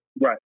Right